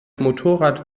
motorrad